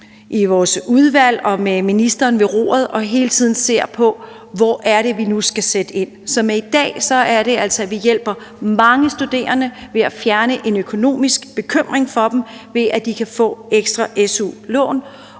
i vores udvalg og med ministeren ved roret og ser hele tiden på: Hvor er det, vi nu skal sætte ind? Så det, vi gør i dag, er altså, at vi hjælper mange studerende ved at fjerne en økonomisk bekymring for dem, ved at de kan få ekstra su-lån.